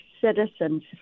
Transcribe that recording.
citizens